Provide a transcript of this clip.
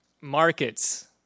Markets